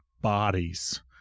bodies